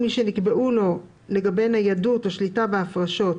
מי שנקבעו לו לגבי ניידות או שליטה בהפרשות,